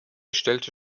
stellte